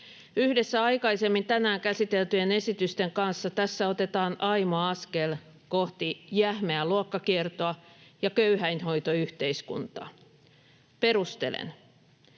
Yhdessä aikaisemmin tänään käsiteltyjen esitysten kanssa tässä otetaan aimo askel kohti jähmeää luokkakiertoa ja köyhäinhoitoyhteiskuntaa. Perustelen: